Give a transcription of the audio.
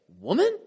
woman